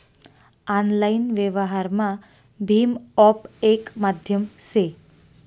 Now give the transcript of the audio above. online व्यवहारमा भीम app येक माध्यम से